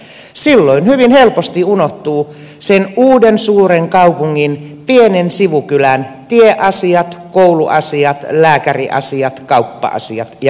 silloin hyvin helposti unohtuvat sen uuden suuren kaupungin pienen sivukylän tieasiat kouluasiat lääkäriasiat kauppa asiat ja kirkkoasiat